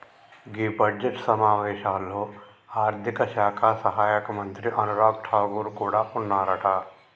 గీ budget సమావేశాల్లో ఆర్థిక శాఖ సహాయక మంత్రి అనురాగ్ ఠాగూర్ కూడా ఉన్నారట